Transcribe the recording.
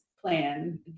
plan